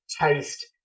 taste